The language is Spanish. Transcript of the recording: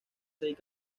seis